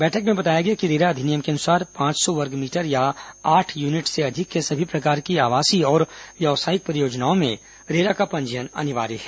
बैठक में बताया गया कि रेरा अधिनियम के अनुसार पांच सौ वर्ग मीटर या आठ यूनिट से अधिक के सभी प्रकार के आवासीय और व्यावसायिक परियोजनाओं में रेरा का पंजीयन अनिवार्य है